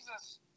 Jesus